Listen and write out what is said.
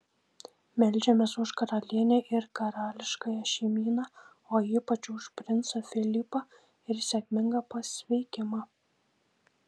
meldžiamės už karalienę ir karališkąją šeimyną o ypač už princą filipą ir sėkmingą pasveikimą